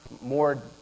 more